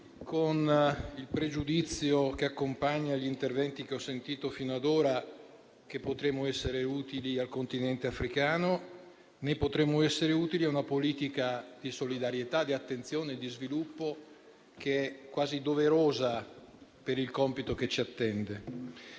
con il pregiudizio che accompagna gli interventi che ho sentito fino ad ora che potremo essere utili al Continente africano, né a una politica di solidarietà, di attenzione e di sviluppo che è quasi doverosa per il compito che ci attende.